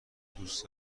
دوست